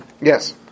Yes